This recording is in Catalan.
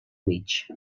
mig